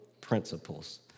principles